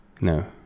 No